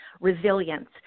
resilience